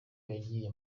yagiye